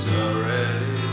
already